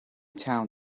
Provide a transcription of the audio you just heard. town